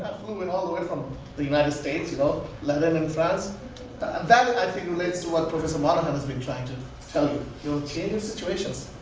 flew in all the way from the united states, you know landed in france then i figured later what professor monohan has been trying to tell you, change your situations,